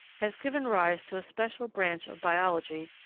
has given rise to a special branch of biology,